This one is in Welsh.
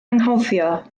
anghofio